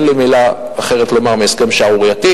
אין לי מלה אחרת לומר אלא הסכם שערורייתי.